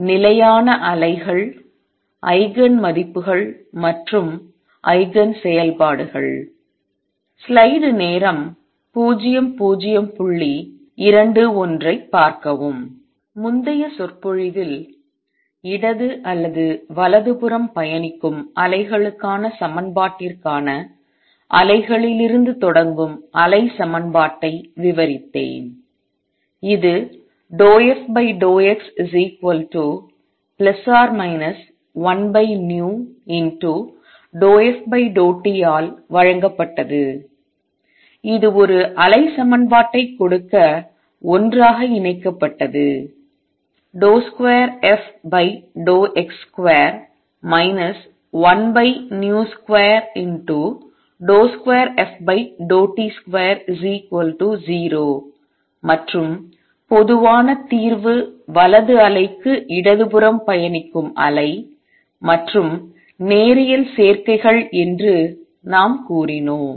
நிலையான அலைகள் ஐகன் மதிப்புகள் மற்றும் ஐகன் செயல்பாடுகள் முந்தைய சொற்பொழிவில் இடது அல்லது வலதுபுறம் பயணிக்கும் அலைகளுக்கான சமன்பாட்டிற்கான அலைகளிலிருந்து தொடங்கும் அலை சமன்பாட்டை விவரித்தேன் இது ∂f∂x±1v∂f∂t ஆல் வழங்கப்பட்டது இது ஒரு அலை சமன்பாட்டை கொடுக்க ஒன்றாக இணைக்கப்பட்டது 2fx2 1v22ft20 மற்றும் பொதுவான தீர்வு வலது அலைக்கு இடதுபுறம் பயணிக்கும் அலை மற்றும் நேரியல் சேர்க்கைகள் என்று நாம் கூறினோம்